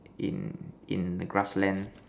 in in the grassland